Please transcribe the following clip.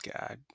God